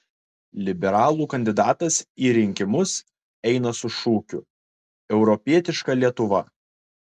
liberalų kandidatas į rinkimus eina su šūkiu europietiška lietuva